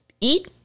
eat